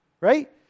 right